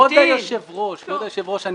כבוד היושב ראש,